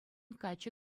каччӑ